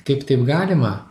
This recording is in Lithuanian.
kaip taip galima